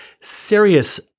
serious